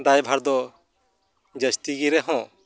ᱫᱟᱭᱵᱷᱟᱨᱫᱚ ᱡᱟᱹᱥᱛᱤ ᱜᱮ ᱨᱮᱦᱚᱸ